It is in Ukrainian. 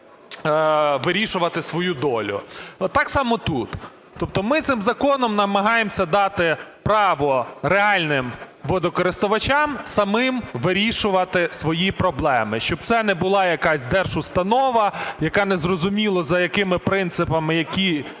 вирішувати свою долю. Так само тут, тобто ми цим законом намагаємося дати право реальним водокористувачам самим вирішувати свої проблеми, щоб це не була якась держустанова, яка не зрозуміло за якими принципами, які